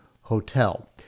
hotel